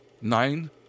nine